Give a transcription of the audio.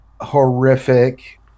horrific